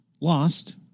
Lost